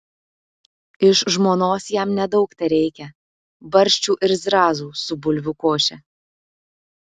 iš žmonos jam nedaug tereikia barščių ir zrazų su bulvių koše